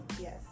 Yes